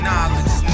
Knowledge